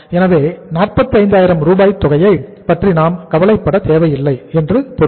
எனவே 45000 தொகையை பற்றி நாம் கவலைப்பட தேவையில்லை என்று பொருள்